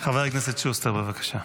חבר הכנסת שוסטר, בבקשה.